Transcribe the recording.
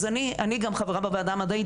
אז אני חברה בוועדה המדעית,